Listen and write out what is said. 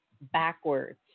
backwards